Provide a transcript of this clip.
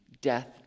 death